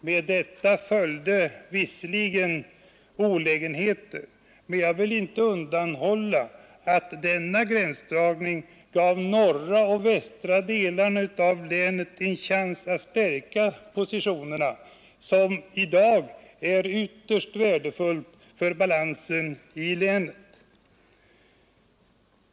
Med detta följde visserligen olägenheter, men jag vill inte fördölja att denna gränsdragning gav norra och västra delarna av länet en chans att stärka sina positioner, något som i dag är ytterst värdefullt för balansen i länet.